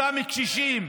אותם קשישים.